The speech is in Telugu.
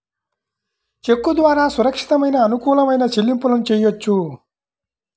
చెక్కు ద్వారా సురక్షితమైన, అనుకూలమైన చెల్లింపులను చెయ్యొచ్చు